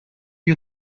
you